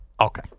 Okay